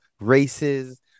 races